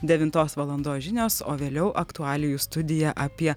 devintos valandos žinios o vėliau aktualijų studija apie